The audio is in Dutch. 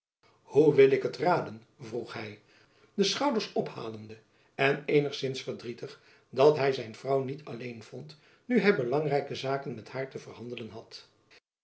hoe wil ik het raden vroeg hy de schouders ophalende en eenigzins verdrietig dat hy zijn vrouw niet alleen vond nu hy belangrijke zaken met haar te verhandelen had